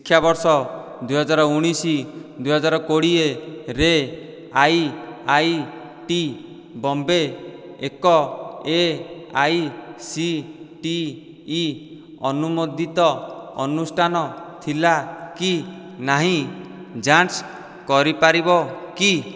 ଶିକ୍ଷାବର୍ଷ ଦୁଇ ହଜାର ଉଣେଇଶ ଦୁଇ ହଜାର କୋଡ଼ିଏରେ ଆଇ ଆଇ ଟି ବମ୍ବେ ଏକ A I C T E ଅନୁମୋଦିତ ଅନୁଷ୍ଠାନ ଥିଲା କି ନାହିଁ ଯାଞ୍ଚ କରିପାରିବ କି